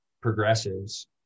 progressives